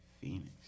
Phoenix